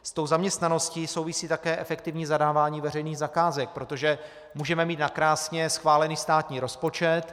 Se zaměstnaností souvisí také efektivní zadávání veřejných zakázek, protože můžeme mít nakrásně schválen státní rozpočet.